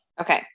Okay